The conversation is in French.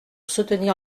soutenir